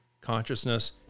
consciousness